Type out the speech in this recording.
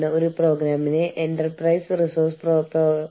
നമ്മൾക്ക് മെർകോസൂർ ഉണ്ട്